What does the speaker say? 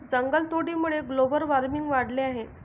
जंगलतोडीमुळे global warming वाढले आहे